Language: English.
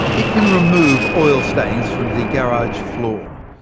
it can remove oil stains from the garage floor,